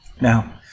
Now